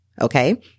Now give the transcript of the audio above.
okay